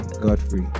Godfrey